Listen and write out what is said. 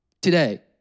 today